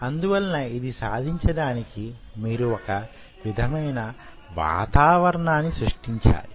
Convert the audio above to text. అందువలన ఇది సాధించడానికి మీరు వొక విధమైన వాతావరణాన్ని సృష్టించాలి